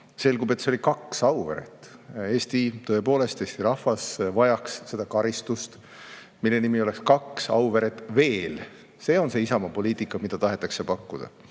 selgus, et see oli kaks Auveret. Tõepoolest, Eesti rahvas vajaks seda karistust, mille nimi oleks kaks Auveret veel. See on see Isamaa poliitika, mida tahetakse pakkuda.